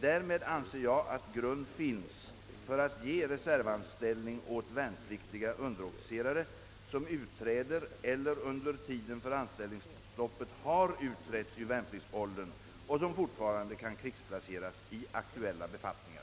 Därmed anser jag att grund finns för att ge reservanställning åt värnpliktiga underofficerare, som utträder eller under tiden för anställningsstoppet har utträtt ur värnpliktsåldern och som fortfarande kan krigsplaceras i aktuella befattningar.